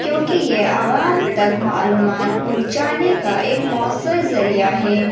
کیونکہ یہ عوام تک معلومات پہنچانے کا ایک مؤثر ذریعہ ہے